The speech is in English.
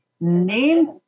Name